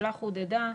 השאלה חודדה.